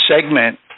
segment